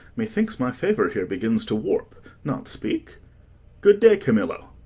methinks my favour here begins to warp. not speak good-day, camillo.